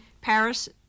Paris